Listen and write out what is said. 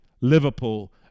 Liverpool